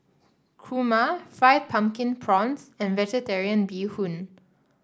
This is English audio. kurma Fried Pumpkin Prawns and vegetarian Bee Hoon